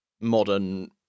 modern